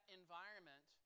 environment